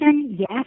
yes